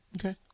Okay